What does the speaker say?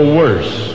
worse